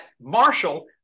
Marshall